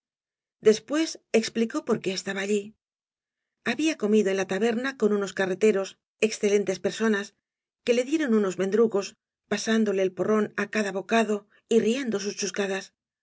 después explicó por qué estaba alli había comido en la taberna con unos carreteros excelentes personas que le dieron unos mendrugos pasan dolé el porrón á cada bocado y riendo sus chus cadas